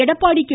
Edappadi K